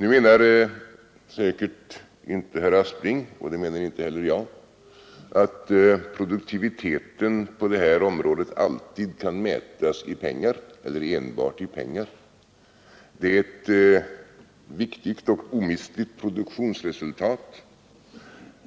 Nu menar säkerligen inte herr Aspling — och det menar inte heller jag — att produktiviteten på det här området alltid kan mätas i pengar eller enbart i pengar. Det är ett viktigt och omistligt produktionsresultat